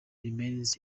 remains